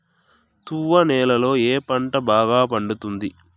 తువ్వ నేలలో ఏ పంట బాగా పండుతుంది?